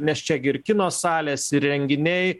nes čia gi ir kino salės ir renginiai